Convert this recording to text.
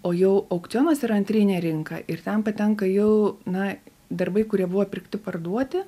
o jau aukcionas yra antrinė rinka ir ten patenka jau na darbai kurie buvo pirkti parduoti